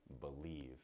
believe